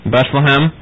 Bethlehem